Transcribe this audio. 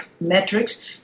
metrics